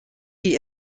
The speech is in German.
die